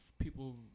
People